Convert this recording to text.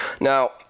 Now